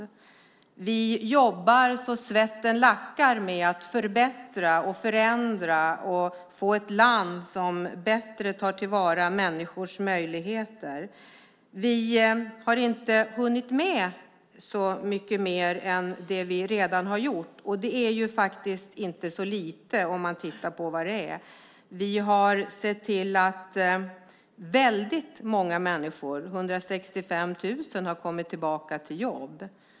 Vi jobbar så att svetten lackar med att förbättra och förändra och få ett land som bättre tar till vara människors möjligheter. Vi har inte hunnit med så mycket mer än det vi redan har gjort, och det är faktiskt inte så lite om man tittar på vad det är. Vi har sett till att väldigt många människor, 165 000, har kommit tillbaka i jobb.